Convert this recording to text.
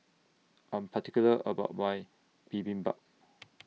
I'm particular about My Bibimbap